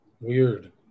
Weird